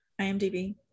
IMDb